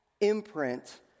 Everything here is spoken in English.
imprint